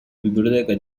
biblioteca